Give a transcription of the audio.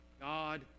God